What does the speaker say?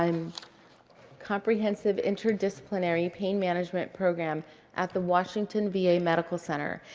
um comprehensive interdisciplinary pain management program at the washington v a. medical center.